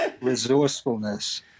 resourcefulness